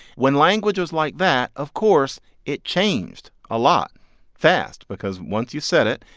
when language was like that, of course it changed a lot fast because once you said it,